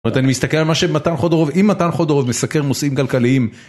זאת אומרת, אני מסתכל על מה שמתן חודרוב, אם מתן חודרוב מסקר נושאים כלכליים